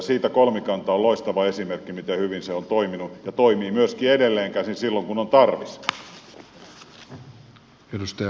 siitä kolmikanta on loistava esimerkki miten hyvin se on toiminut ja toimii myöskin edelleenkäsin silloin kun on tarvis